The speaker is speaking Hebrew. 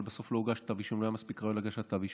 אבל בסוף לא הוגש לא הוגש כתב אישום,